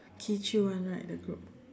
Kee-Chew one right the group